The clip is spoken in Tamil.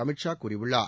அமித் ஷா கூறியுள்ளார்